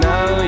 Now